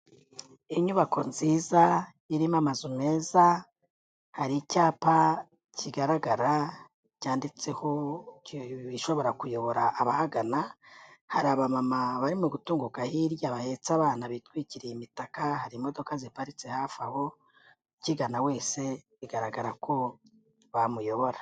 Inyubako nziza irimo amazu meza hari icyapa kigaragara cyanditseho ishobora kuyobora abahagana, hari abamama barimo gutunguka hirya bahetse abana bitwikiriye imitaka, hari imodoka ziparitse hafi aho, ukigana wese bigaragara ko bamuyobora.